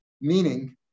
Meaning